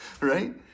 Right